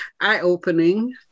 Eye-opening